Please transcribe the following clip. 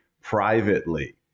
privately